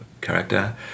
character